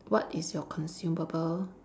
what is your consumable